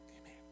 Amen